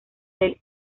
del